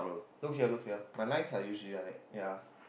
look here look here my lines are usually like that ya